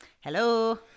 Hello